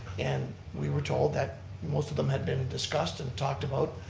and we were told that most of them had been discussed and talked about